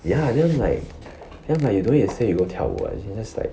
ya then like then like you don't need to say you go 跳舞 what you can just like